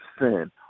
sin